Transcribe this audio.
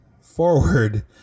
forward